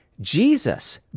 Jesus